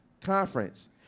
conference